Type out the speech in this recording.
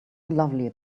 lovely